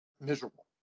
miserable